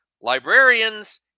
librarians